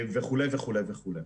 וכו' וכו' וכו'.